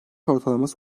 ortalaması